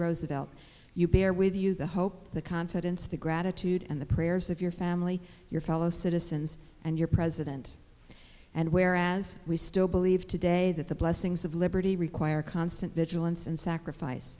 roosevelt you bear with you the hope the confidence the gratitude and the prayers of your family your fellow citizens and your president and whereas we still believe today that the blessings of liberty require constant vigilance and sacrifice